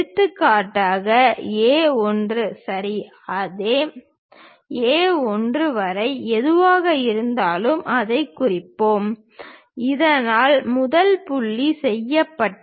எடுத்துக்காட்டாக A 1 வரி அதே A 1 வரி எதுவாக இருந்தாலும் அதைக் குறிப்போம் இதனால் முதல் புள்ளி செய்யப்படும்